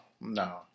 No